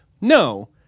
no